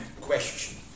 question